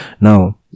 now